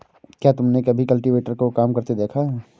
क्या तुमने कभी कल्टीवेटर को काम करते देखा है?